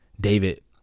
david